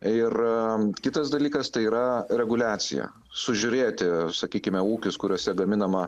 ir kitas dalykas tai yra reguliacija sužiūrėti sakykime ūkius kuriuose gaminama